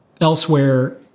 elsewhere